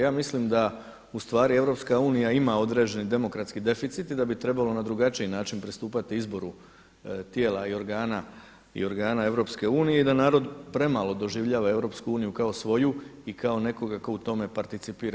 Ja mislim da u stvari EU ima određeni demokratski deficit i da bi trebalo na drugačiji način pristupati izboru tijela i organa EU i da narod premalo doživljava EU kao svoju i kao nekoga tko u tome participira.